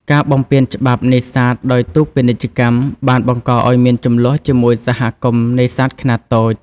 ការបំពានច្បាប់ នេសាទដោយទូកពាណិជ្ជកម្ម បានបង្កឱ្យមានជម្លោះជាមួយសហគមន៍នេសាទខ្នាតតូច។